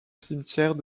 cimetière